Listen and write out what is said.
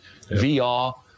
VR